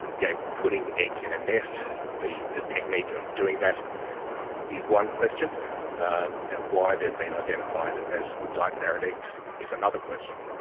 yeah putting eggs in a nest, the the technique of doing that is one question um and why they've been identified as night parrot eggs is another question.